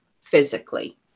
physically